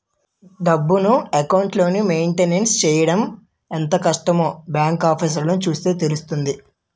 డబ్బును, అకౌంట్లని మెయింటైన్ చెయ్యడం ఎంత కష్టమో బాంకు ఆఫీసర్లని చూస్తే తెలుస్తుంది